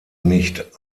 nicht